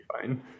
fine